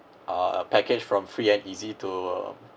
uh package from free and easy to uh